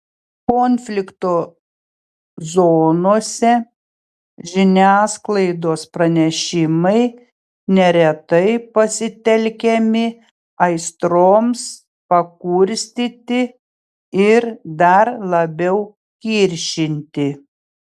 konflikto zonose žiniasklaidos pranešimai neretai pasitelkiami aistroms pakurstyti ir dar labiau kiršinti